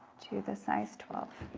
to the size twelve,